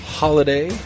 holiday